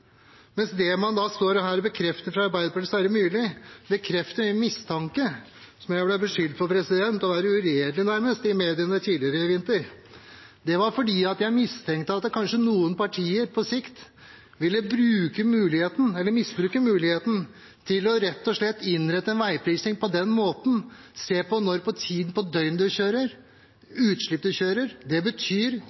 mens det man står her og bekrefter fra Arbeiderpartiets Sverre Myrli, bekrefter min mistanke, som jeg ble beskyldt for å være nærmest uredelig for i media tidligere i vinter. Det var fordi jeg mistenkte at noen partier på sikt ville misbruke muligheten til rett og slett å innrette en veiprising på den måten, se på tiden på døgnet en kjører, utslipp en har. Det betyr